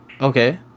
Okay